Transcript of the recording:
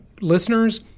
listeners